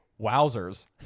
Wowzers